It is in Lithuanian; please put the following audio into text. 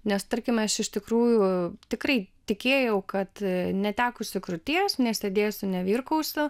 nes tarkime aš iš tikrųjų tikrai tikėjau kad netekusi krūties nesėdėsiu nevirkausiu